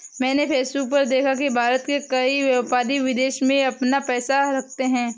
मैंने फेसबुक पर देखा की भारत के कई व्यापारी विदेश में अपना पैसा रखते हैं